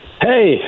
Hey